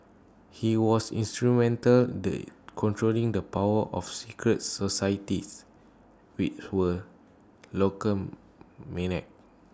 he was instrumental the controlling the power of secret societies which were local menace